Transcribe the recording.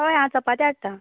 हय हांव चपाती हाडटां